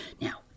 Now